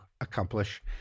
accomplish